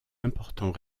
important